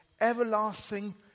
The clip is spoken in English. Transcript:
everlasting